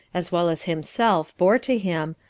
as well as himself, bore to him,